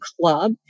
club